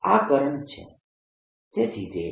આ કરંટ છે